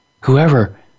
whoever